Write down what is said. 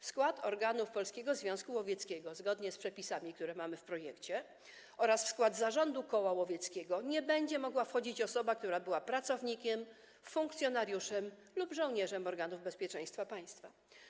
W skład organów Polskiego Związku Łowieckiego zgodnie z przepisami, które mamy w projekcie, oraz w skład zarządu koła łowieckiego nie będzie mogła wchodzić osoba, która była pracownikiem, funkcjonariuszem lub żołnierzem organów bezpieczeństwa państwa.